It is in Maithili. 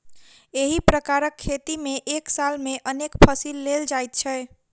एहि प्रकारक खेती मे एक साल मे अनेक फसिल लेल जाइत छै